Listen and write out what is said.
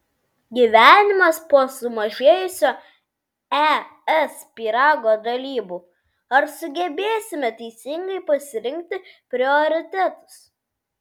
gyvenimas po sumažėjusio es pyrago dalybų ar sugebėsime teisingai pasirinkti prioritetus